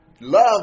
love